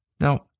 Now